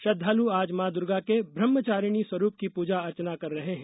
श्रद्दालु आज मां दुर्गा के ब्रह्मचारिणी स्वरूप की पूजा अर्चना कर रहे हैं